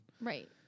right